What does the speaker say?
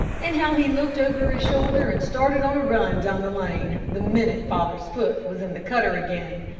and how he looked over his shoulder and started on a run down the lane, the minute father's foot was in the cutter again.